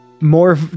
more